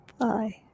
Bye